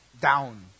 down